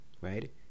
right